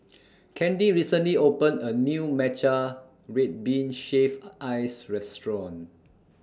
Candi recently opened A New Matcha Red Bean Shaved Ice Restaurant